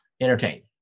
entertain